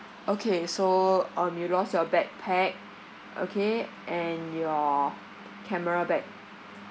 okay so um you lost your backpack okay and your camera bag